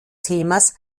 themas